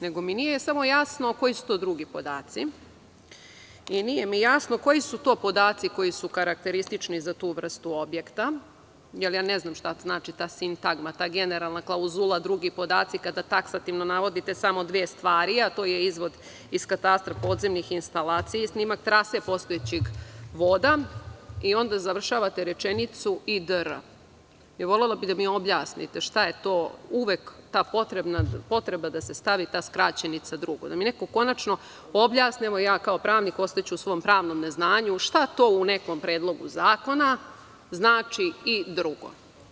Nego mi samo nije jasno koji su to drugi podaci i nije mi jasno koji su to podaci koji su karakteristični za tu vrstu objekta, jer ja ne znam šta znači ta sintagma, ta generalna klauzula - drugi podaci, kada taksativno navodite samo dve stvari, a to je izvod iz katastra podzemnih instalacija i snimak trase postojećeg voda, i onda završavate rečenicu i dr. Volela bih da mi objasnite što je to, uvek potreba da se stavi ta skraćenica drugo, da mi neko konačno objasni, evo ja kao pravnik ostaću u svom pravnom neznanju, šta to u to nekom predlogu zakona znači: „i drugo“